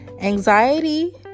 anxiety